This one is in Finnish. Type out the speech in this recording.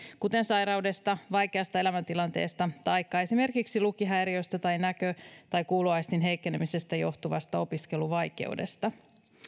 kuten sairaudesta vaikeasta elämäntilanteesta taikka esimerkiksi lukihäiriöstä tai näkö tai kuuloaistin heikkenemisestä johtuvasta opiskeluvaikeudesta